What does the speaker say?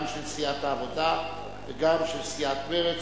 גם של סיעת העבודה וגם של סיעת מרצ,